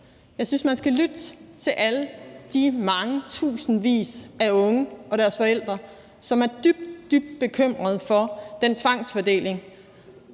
Jeg synes, man skal lytte til alle de mange tusinder af unge og deres forældre, som er dybt, dybt bekymrede for den tvangsfordeling,